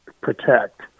protect